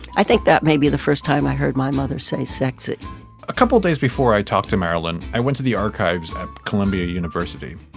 i think that may be the first time i heard my mother say sex it a couple days before i talked to marilyn, i went to the archives at columbia university.